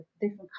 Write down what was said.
different